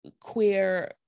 queer